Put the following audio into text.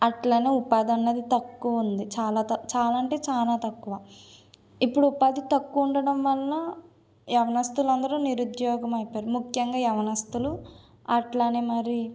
అట్లనే ఉపాధి అన్నది తక్కువుంది చాలా తక్కు చాలా అంటే చాలా తక్కువ ఇప్పుడు ఉపాధి తక్కువుండడం వల్ల యవ్వనస్తులందరూ నిరుద్యోగం అయిపోయారు ముఖ్యంగా యవ్వనస్తులు అట్లానే మరి